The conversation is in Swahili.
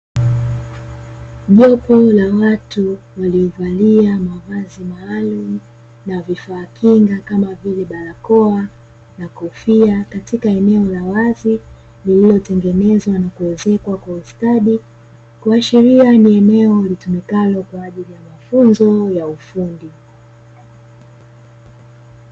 Jopo la watu waliovalia mavazi maalumu na vifaa kinga kama vile barakoa na kofia katika eneo la wazi, lililotengenezwa na kuezekwa kwa ustadi, likiashiria kuwa ni eneo litumikalo kwa ajili ya mafunzo ya ufundi.